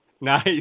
Nice